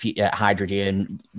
hydrogen